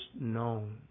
known